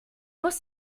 muss